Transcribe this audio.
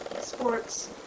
Sports